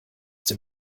dem